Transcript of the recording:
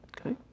Okay